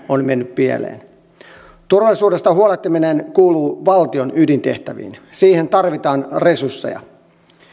on mennyt pieleen turvallisuudesta huolehtiminen kuuluu valtion ydintehtäviin siihen tarvitaan resursseja